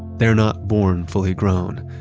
they're not born fully grown.